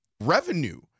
revenue